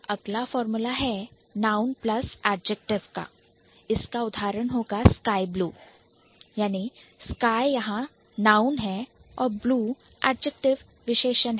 अगला फार्मूला है Noun Plus Adjective संज्ञा प्लस विशेषण उदाहरण है SkyBlue स्काई ब्लू यहां Sky Noun संज्ञा है और Blue Adjective विशेषण है